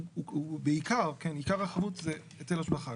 עיקר החבות זה היטל השבחה.